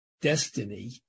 destiny